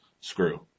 screw